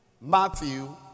Matthew